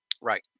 Right